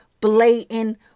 blatant